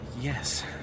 Yes